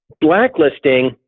Blacklisting